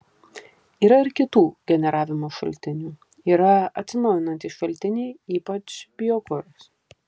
yra ir kitų generavimo šaltinių yra atsinaujinantys šaltiniai ypač biokuras